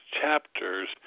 chapters